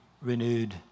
renewed